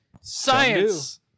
Science